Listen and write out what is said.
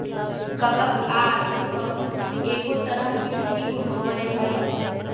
कवक आर फफूंद एगो तरह के जीव होबय हइ